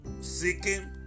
seeking